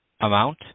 amount